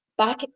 Back